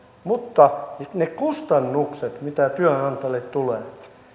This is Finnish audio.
mutta ne kustannukset mitä työnantajille tulee